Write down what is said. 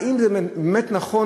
האם זה באמת נכון,